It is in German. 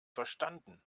verstanden